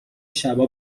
شبا